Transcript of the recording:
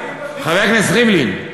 חבר הכנסת ריבלין,